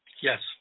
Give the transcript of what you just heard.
Yes